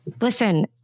Listen